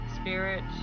Spirit